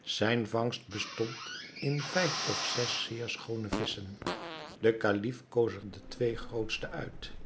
zijne vangst bestond in vijf of zes zeer schoone visschen de kalif koos er de twee grootsten uit